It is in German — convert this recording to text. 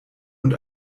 und